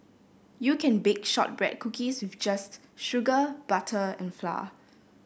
you can bake shortbread cookies with just sugar butter and flour